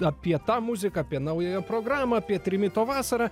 apie tą muziką apie naująją programą apie trimito vasarą